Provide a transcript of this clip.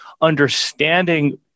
understanding